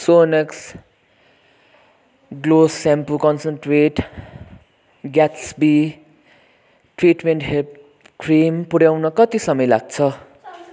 Sonax gloss shampoo concentrate Gatsby treatment hair cream पुऱ्याउन कति समय लाग्छ